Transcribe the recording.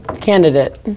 Candidate